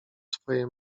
swojej